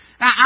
Now